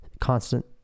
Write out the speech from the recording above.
constant